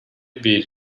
bir